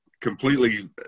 completely